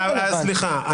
סליחה,